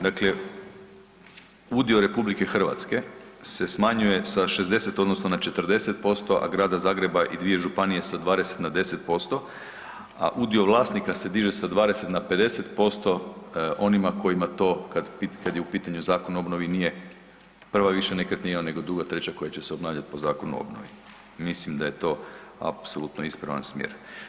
Dakle, udio RH se smanjuje sa 60 odnosno na 40%, a Grada Zagreba i dvije županije sa 20 na 10%, a udio vlasnika se diže sa 20 na 50% onima kojima to kada je u pitanju zakon o obnovi nije prva više nekretnina nego druga, treća koja će se obnavljati po zakonu o obnovi i mislim da je to apsolutno ispravan smjer.